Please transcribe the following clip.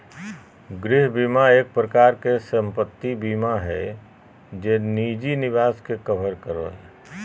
गृह बीमा एक प्रकार से सम्पत्ति बीमा हय जे निजी निवास के कवर करो हय